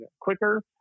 quicker